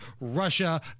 Russia